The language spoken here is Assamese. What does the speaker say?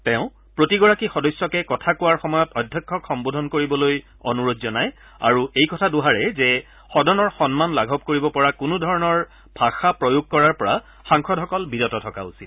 তেওঁ প্ৰতিগৰাকী সদস্যকে কথা কোৱাৰ সময়ত অধ্যক্ষক সম্বোধন কৰিবলৈ অনুৰোধ জনায় আৰু এই কথা দোহাৰে যে সদনৰ সন্মান লাঘৱ কৰিব পৰা কোনো ধৰণৰ ভাষা প্ৰয়োগ কৰাৰ পৰা সাংসদসকল বিৰত থকা উচিত